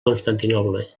constantinoble